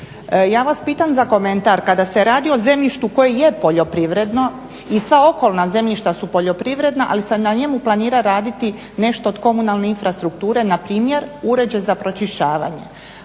Ja vas pitam za komentar, kada se radi o zemljištu koje je poljoprivredno i sva okolna zemljišta su poljoprivredna, ali se na njemu planira raditi nešto od komunalne infrastrukture, npr. uređaj za pročišćavanje,